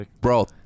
bro